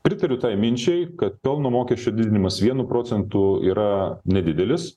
pritariu tai minčiai kad pelno mokesčio didinimas vienu procentu yra nedidelis